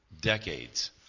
decades